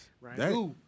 Right